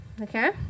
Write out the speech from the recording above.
okay